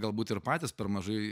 galbūt ir patys per mažai